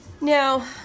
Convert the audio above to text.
Now